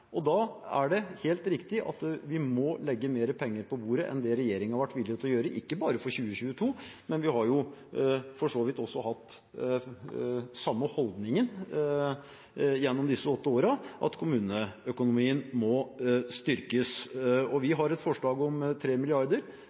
Da er det helt riktig at vi må legge mer penger på bordet enn det regjeringen har vært villig til å gjøre, ikke bare for 2022. Vi har for så vidt hatt den samme holdningen gjennom disse åtte årene om at kommuneøkonomien må styrkes. Vi har et forslag om